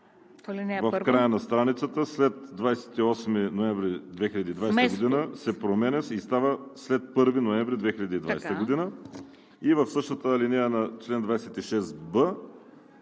в края на страницата „след 28 ноември 2020 г.“ се променя и става „след 1 ноември 2020 г.“ В същата алинея на чл. 26б